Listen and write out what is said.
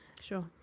Sure